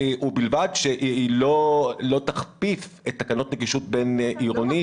ובלבד שהיא לא תכפיף את התקנות האלה לתקנות נגישות בין עירוני.